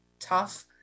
tough